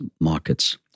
markets